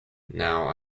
now